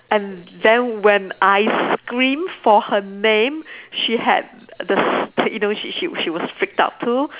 and then when I screamed for her name she had the s~ you know she she she was freaked out too